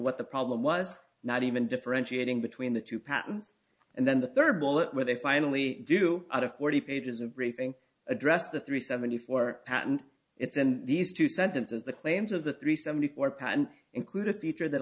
what the problem was not even differentiating between the two patterns and then the third bullet where they finally do out of forty pages of briefing address the three seventy four patent it's and these two sentences the claims of the three seventy four patent include a future that